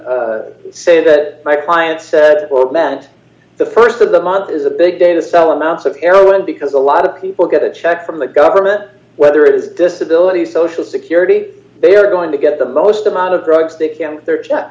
been say that my client said or meant the st of the month is a big day to sell amounts of heroin because a lot of people get a check from the government whether it is disability social security they are going to get the most amount of drugs they can ch